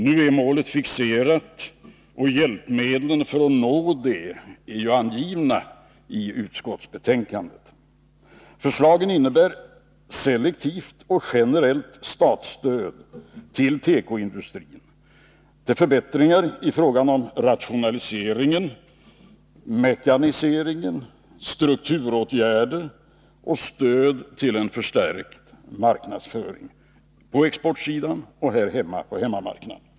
Nu är målet fixerat, och hjälpmedlen för att nå det är angivna i utskottsbetänkandet. Förslagen innebär selektivt och generellt statsstöd till tekoindustrin till förbättringar i fråga om rationaliseringen, mekaniseringen och strukturåtgärderna samt stöd till förstärkt marknadsföring på exportsidan och på hemmamarknaden.